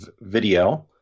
video